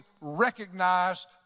recognize